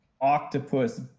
Octopus